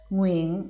Nguyện